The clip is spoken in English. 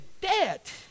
debt